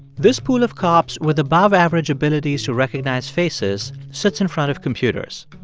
this pool of cops with above-average abilities to recognize faces sits in front of computers.